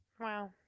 Wow